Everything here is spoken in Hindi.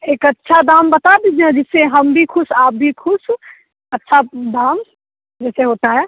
एक अच्छा दाम बता दीजिए जिससे हम भी खुश आप भी खुस अच्छा दाम जैसे होता है